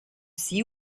see